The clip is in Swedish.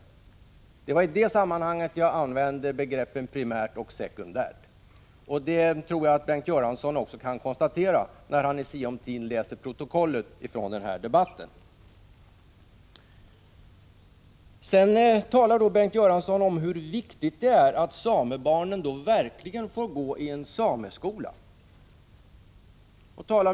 — Det var i det sammanhanget jag använde begreppen primärt och sekundärt, och det tror jag att Bengt Göransson kan konstatera när han i sinom tid läser protokollet från debatten. Bengt Göransson talar om hur viktigt det är att samebarnen verkligen får gå i en sameskola.